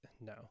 no